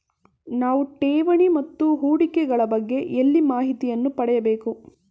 ನಾವು ಠೇವಣಿ ಮತ್ತು ಹೂಡಿಕೆ ಗಳ ಬಗ್ಗೆ ಎಲ್ಲಿ ಮಾಹಿತಿಯನ್ನು ಪಡೆಯಬೇಕು?